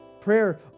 Prayer